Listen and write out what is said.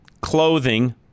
Clothing